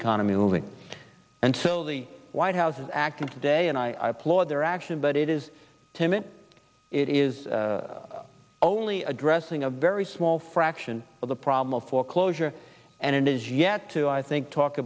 economy moving and so the white house is acting today and i applaud their action but it is to me it is only addressing a very small fraction of the problem of foreclosure and it is yet to i think talk